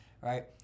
right